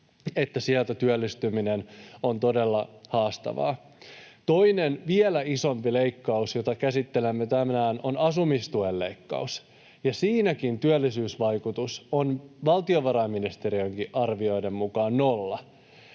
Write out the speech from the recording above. että siltä työllistyminen on todella haastavaa. Toinen, vielä isompi leikkaus, jota käsittelemme tänään, on asumistuen leikkaus, ja siinäkin työllisyysvaikutus on valtiovarainministeriönkin arvioiden mukaan nolla,